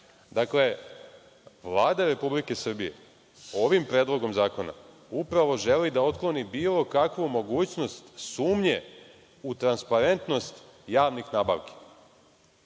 zakona. Dakle, Vlada Republike Srbije ovim Predlogom zakona upravo želi da otkloni bilo kakvu mogućnost sumnje u transparentnost javnih nabavki.